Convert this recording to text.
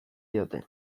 diote